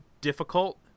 difficult